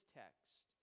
text